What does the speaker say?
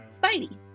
Spidey